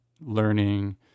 learning